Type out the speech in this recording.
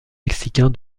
mexicain